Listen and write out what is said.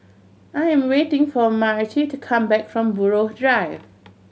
I am waiting for Myrtie to come back from Buroh Drive